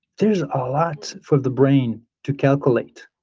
there's a lot for the brain to calculate.